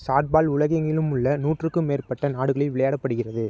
shotball உலகெங்கிலும் உள்ள நூற்றுக்கும் மேற்பட்ட நாடுகளில் விளையாடப்படுகிறது